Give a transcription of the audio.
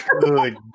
good